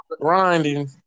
Grinding